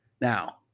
Now